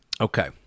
Okay